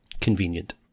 Convenient